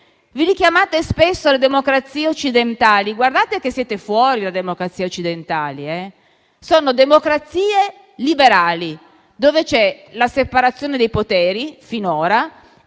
Vi richiamate spesso alle democrazie occidentali, ma siete fuori dalle democrazie occidentali. Sono democrazie liberali, dove c'è la separazione dei poteri, finora.